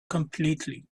completely